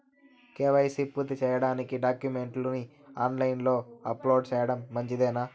KYC పూర్తి సేయడానికి డాక్యుమెంట్లు ని ఆన్ లైను లో అప్లోడ్ సేయడం మంచిదేనా?